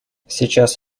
сейчас